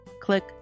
click